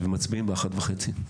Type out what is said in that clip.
ומצביעים באחת וחצי.